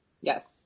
Yes